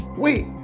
Wait